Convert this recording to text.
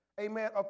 Amen